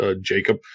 Jacob